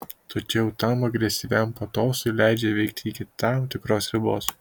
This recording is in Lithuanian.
tačiau tam agresyviam patosui leidžia veikti iki tam tikros ribos